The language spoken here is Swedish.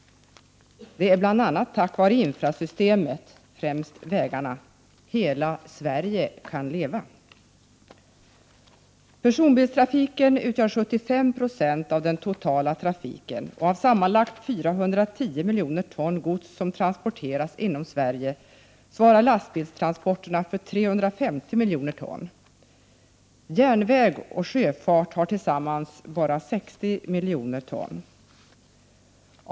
Det är bl.a. tack vare infrastrukturen, främst vägarna, som hela Sverige kan leva. terna svarar för 350 miljoner ton av de sammanlagt 410 miljoner ton som transporteras inom Sverige. Järnväg och sjöfart svarar tillsammans för endast 60 miljoner ton.